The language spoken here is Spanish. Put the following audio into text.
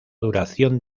duración